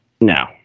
No